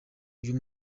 uyu